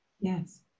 Yes